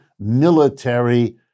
military